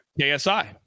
KSI